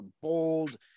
bold